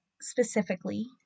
specifically